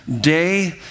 day